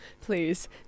please